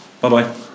Bye-bye